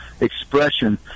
Expression